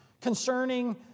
concerning